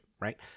right